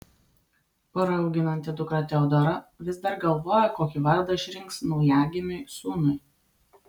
pora auginanti dukrą teodorą vis dar galvoja kokį vardą išrinks naujagimiui sūnui